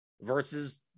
versus